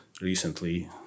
recently